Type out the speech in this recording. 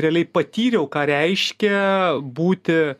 realiai patyriau ką reiškia būti